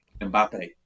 Mbappe